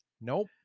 Nope